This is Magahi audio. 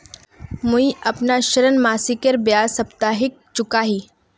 मुईअपना ऋण मासिकेर बजाय साप्ताहिक चुका ही